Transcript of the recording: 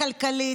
הכלכלית,